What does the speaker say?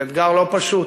זה אתגר לא פשוט,